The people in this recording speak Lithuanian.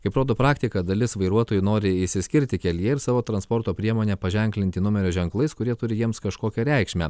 kaip rodo praktika dalis vairuotojų nori išsiskirti kelyje ir savo transporto priemonę paženklinti numerio ženklais kurie turi jiems kažkokią reikšmę